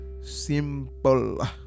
simple